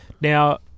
Now